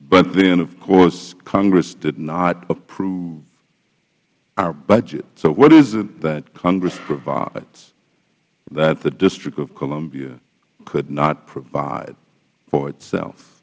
but then of course congress did not approve our budget so what is it that congress provides that the district of columbia could not provide for itself